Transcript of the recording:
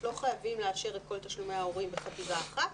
לא חייבים לאשר את כל תשלומי ההורים בחטיבה אחת.